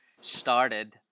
started